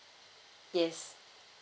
yes